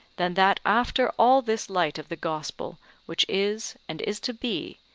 than that after all this light of the gospel which is, and is to be,